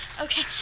Okay